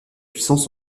puissance